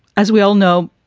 as we all know,